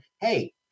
hey